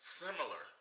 similar